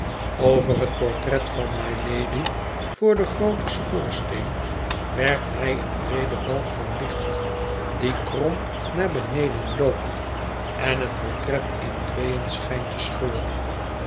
over het portret van mylady voor den grooten schoorsteen werpt hij een breeden balk van licht die krom naar beneden loopt en het portret in tweeën schijnt te scheuren